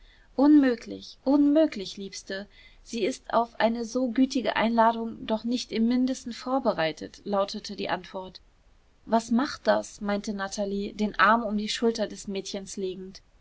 unmöglich unmöglich liebste sie ist auf eine so gütige einladung doch nicht im mindesten vorbereitet lautete die antwort was macht das meinte natalie den arm um die schulter des mädchens legend